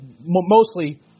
mostly